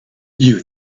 you